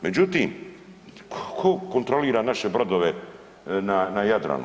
Međutim, tko kontrolira naše brodove na Jadranu.